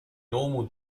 normal